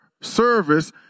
service